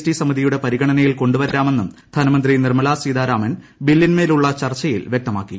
T സമിതിയുടെ പരിഗണനയിൽ കൊണ്ടുവരാമെന്നും ധനമന്ത്രി നിർമ്മല സീതാരാമൻ ബില്ലിന്മേലുള്ള ചർച്ചയിൽ വൃക്തമാക്കി